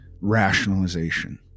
rationalization